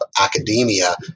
academia